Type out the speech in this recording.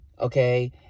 Okay